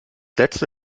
letzte